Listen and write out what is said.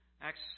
Acts